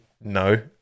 no